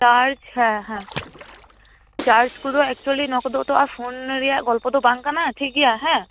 ᱟᱻᱪᱷᱟ ᱦᱮᱸ ᱪᱟᱨᱡᱽ ᱠᱚᱫᱚ ᱮᱠᱪᱩᱣᱞᱤ ᱱᱚᱣᱟ ᱠᱚᱫᱚ ᱛᱚ ᱟᱨ ᱯᱷᱚᱱ ᱨᱮᱭᱟᱜ ᱜᱚᱞᱯᱚ ᱫᱚ ᱵᱟᱝ ᱠᱟᱱᱟ ᱴᱷᱤᱠᱜᱮᱭᱟ ᱦᱮᱸ